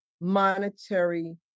monetary